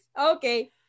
Okay